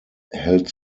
held